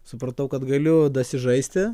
supratau kad galiu dasižaisti